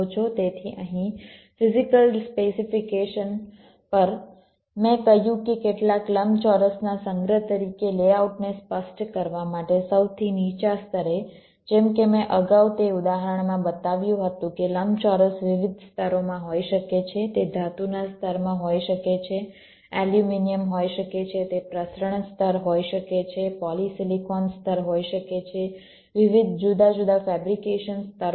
તેથી અહીં physical specification પર મેં કહ્યું કે કેટલાક લંબચોરસના સંગ્રહ તરીકે લેઆઉટને સ્પષ્ટ કરવા માટે સૌથી નીચા સ્તરે જેમ કે મેં અગાઉ તે ઉદાહરણમાં બતાવ્યું હતું કે લંબચોરસ વિવિધ સ્તરોમાં હોઈ શકે છે તે ધાતુના સ્તરમાં હોઈ શકે છે એલ્યુમિનિયમ હોઈ શકે છે તે પ્રસરણ સ્તર હોઈ શકે છે પોલિસિલિકોન સ્તર હોઈ શકે છે વિવિધ જુદા જુદા ફેબ્રિકેશન સ્તરો છે